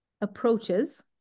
approaches